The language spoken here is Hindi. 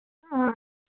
हाँ